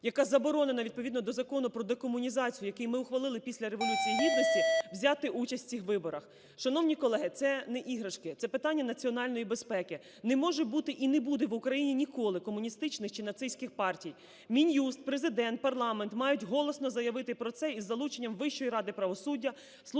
яка заборонена відповідно до Закону про декомунізацію, який ми ухвалили після Революції Гідності, взяти участь в цих виборах. Шановні колеги, це не іграшки – це питання національної безпеки. Не може бути і не буде в Україні ніколи комуністичних чи нацистських партій. Мін'юст, Президент, парламент мають голосно заявити про це із залученням Вищої ради правосуддя,